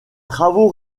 travaux